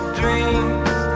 dreams